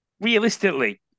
realistically